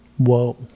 Whoa